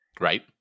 Right